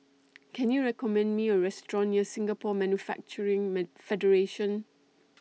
Can YOU recommend Me A Restaurant near Singapore Manufacturing Man Federation